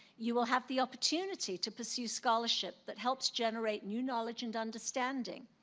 you will have the opportunity to pursue scholarship that helps generate new knowledge and understanding.